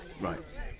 right